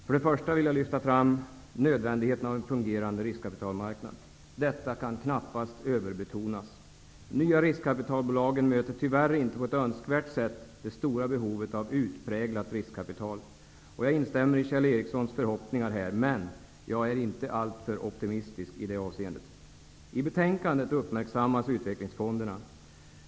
För det första vill jag lyfta fram nödvändigheten av en fungerande riskkapitalmarknad. Detta kan knappast överbetonas. De nya riskkapitalbolagen möter tyvärr inte på ett önskvärt sätt det stora behovet av utpräglat riskkapital. Jag instämmer i Kjell Ericssons förhoppningar, men jag är inte alltför optimistisk i det avseendet. I betänkandet uppmärksammas utvecklingsfonderna.